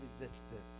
resistance